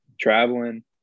traveling